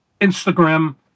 Instagram